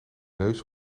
neus